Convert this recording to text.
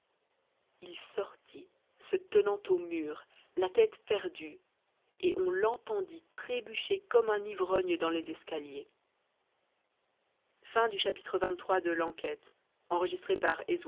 il sortit se tenant aux murs la tête perdue et on l'entendit trébucher comme un ivrogne dans les escaliers